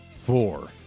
Four